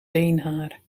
beenhaar